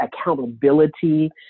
accountability